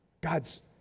God's